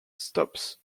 stops